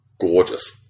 gorgeous